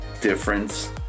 difference